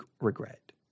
regret